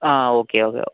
ആ okay okay